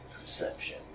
Perception